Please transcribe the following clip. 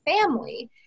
family